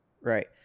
Right